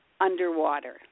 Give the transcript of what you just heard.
underwater